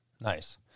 Nice